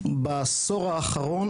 בעשור האחרון,